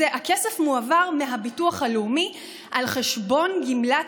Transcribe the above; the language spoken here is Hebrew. הכסף מועבר מהביטוח הלאומי על חשבון גמלת